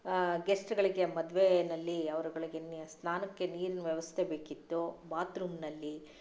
ಗೆಸ್ಟ್ಗಳಿಗೆ ಮದುವೆನಲ್ಲಿ ಅವ್ರುಗಳಿಗೆ ನೀ ಸ್ನಾನಕ್ಕೆ ನೀರಿನ ವ್ಯವಸ್ಥೆ ಬೇಕಿತ್ತು ಬಾತ್ರೂಮ್ನಲ್ಲಿ